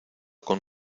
con